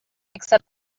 except